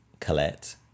Colette